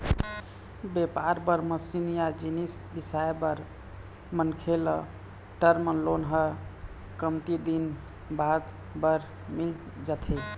बेपार बर मसीन या जिनिस बिसाए बर मनखे ल टर्म लोन ह कमती दिन बादर बर मिल जाथे